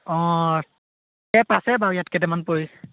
অঁ টেপ আছে বাৰু ইয়াত কেইটামান পৰি